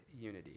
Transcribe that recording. unity